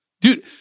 Dude